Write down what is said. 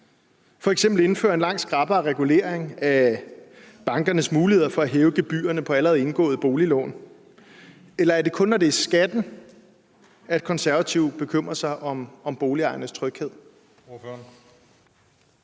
ved at indføre en langt skrappere regulering af bankernes muligheder for at hæve gebyrerne på allerede indgåede boliglån? Eller er det kun, når det er skatten, at Konservative bekymrer sig om boligejernes tryghed?